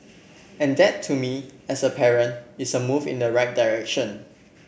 and that to me as a parent is a move in the right direction